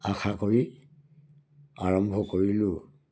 আশা কৰি আৰম্ভ কৰিলোঁ